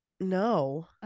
No